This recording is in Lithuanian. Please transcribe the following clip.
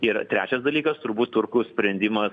ir trečias dalykas turbūt turkų sprendimas